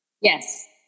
Yes